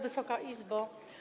Wysoka Izbo!